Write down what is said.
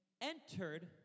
entered